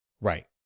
Right